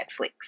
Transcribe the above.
Netflix